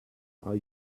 are